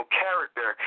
character